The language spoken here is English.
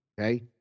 Okay